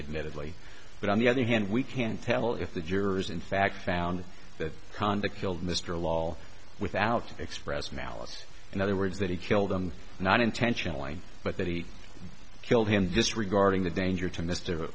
admitted lee but on the other hand we can tell if the jurors in fact found that conduct killed mr lall without express malice in other words that he killed them not intentionally but that he killed him disregarding the danger to mr